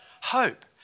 hope